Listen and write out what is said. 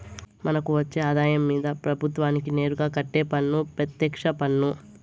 మనకు వచ్చే ఆదాయం మీద ప్రభుత్వానికి నేరుగా కట్టే పన్ను పెత్యక్ష పన్ను